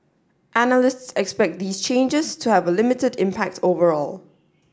analysts expect these changes to have a limited impact overall